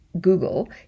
Google